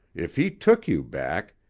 if he took you back,